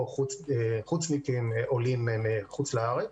או חוצניקים עולים מחוץ לארץ.